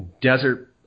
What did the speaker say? desert